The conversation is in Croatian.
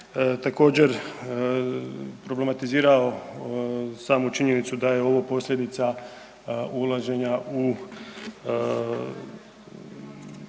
također problematizirao samu činjenicu da je ovo posljedica ulaženja u